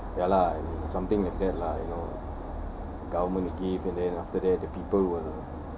ya lah something like that lah you know government give and then after that the people will